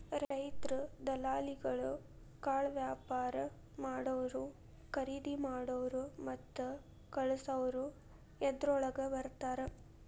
ರೈತ್ರು, ದಲಾಲಿಗಳು, ಕಾಳವ್ಯಾಪಾರಾ ಮಾಡಾವ್ರು, ಕರಿದಿಮಾಡಾವ್ರು ಮತ್ತ ಕಳಸಾವ್ರು ಇದ್ರೋಳಗ ಬರ್ತಾರ